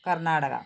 Karnataka